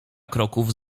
kroków